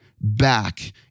back